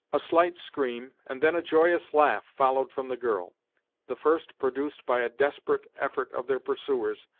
a slight scream, and then a joyous laugh followed from the girl the first produced by a desperate effort of their pursuers,